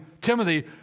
Timothy